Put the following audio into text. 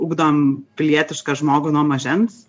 ugdom pilietišką žmogų nuo mažens